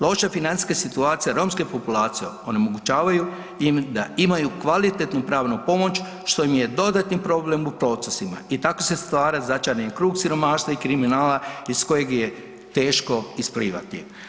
Loša financijska situacija romske populacije onemogućavaju im da imaju kvalitetnu pravnu pomoć što im je dodatni problem u procesima i tako se stvara začarani krug siromaštva i kriminala iz kojeg je teško isplivati.